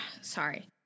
sorry